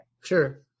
Sure